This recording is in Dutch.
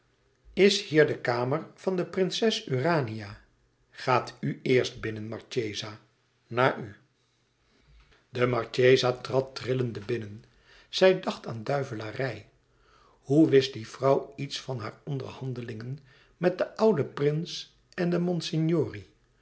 is hier de kamer van de prinses urania gaat u eerst binnen marchesa na u de marchesa trad rillende binnen zij dacht aan uare oe wist die vrouw iets van haar onderhandelingen met den ouden prins en de